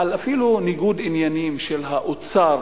על ניגוד עניינים של האוצר